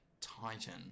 Titan